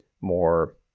more